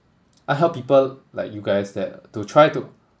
I help people like you guys that to try to